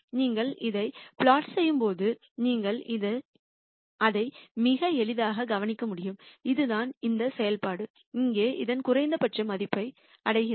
நீங்கள் இதை புளொட் செய்யும் போது நீங்கள் அதை மிக எளிதாக கவனிக்க முடியும் இதுதான் இந்த செயல்பாடு இங்கே அதன் குறைந்தபட்ச மதிப்பை அடைகிறது